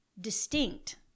distinct